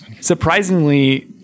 Surprisingly